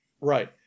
Right